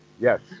Yes